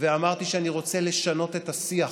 ואמרתי שאני רוצה לשנות את השיח,